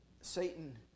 Satan